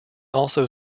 also